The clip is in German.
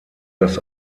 dass